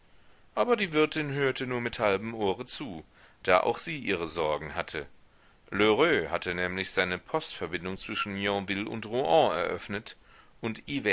aber die wirtin hörte nur mit halbem ohre zu da auch sie ihre sorgen hatte lheureux hatte nämlich seine postverbindung zwischen yonville und rouen eröffnet und